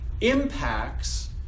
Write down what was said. impacts